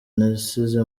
nasize